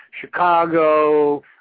Chicago